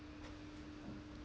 and